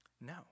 No